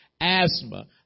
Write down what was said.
asthma